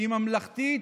היא ממלכתית,